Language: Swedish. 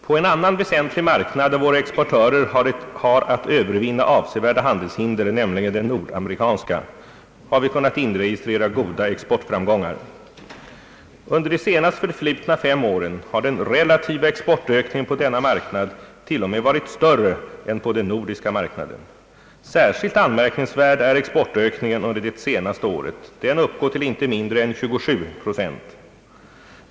På en annan väsentlig marknad, där våra exportörer har att övervinna avsevärda handelshinder, nämligen den nordamerikanska, har vi kunnat inregistrera goda exportframgångar. Under de senast förflutna fem åren har den relativa exportökningen på denna marknad t.o.m. varit större än på den nordiska marknaden. Särskilt anmärkningsvärd är exportökningen under det senaste året. Den uppgår till inte mindre än 27 procent.